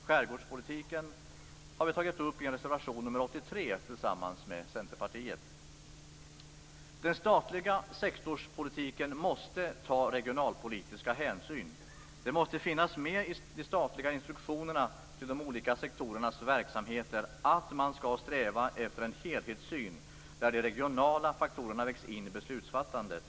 Skärgårdspolitiken tar vi tillsammans med Centerpartiet upp i reservation nr 83. Den statliga sektorspolitiken måste ta regionalpolitiska hänsyn. Det måste finnas med i de statliga instruktionerna till de olika sektorernas verksamheter att man skall sträva efter en helhetssyn där de regionala faktorerna vägs in i beslutsfattandet.